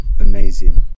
amazing